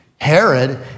Herod